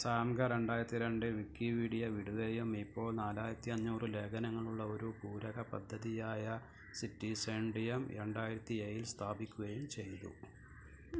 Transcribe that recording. Sanger രണ്ടായിരത്തി രണ്ട് Wikipedia വിടുകയും ഇപ്പോൾ നാലായിരത്തഞ്ഞൂറ് ലേഖനങ്ങളുള്ള ഒരു പൂരക പദ്ധതിയായ സിറ്റിസെൻഡിയം രണ്ടായിരത്തി ഏഴിൽ സ്ഥാപിക്കുകയും ചെയ്തു